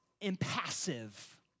impassive